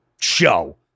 show